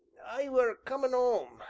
i were comin' ome,